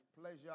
pleasure